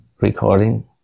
recording